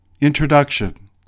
Introduction